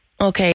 Okay